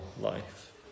life